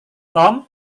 tom